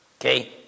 Okay